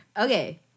Okay